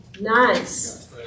Nice